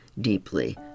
Deeply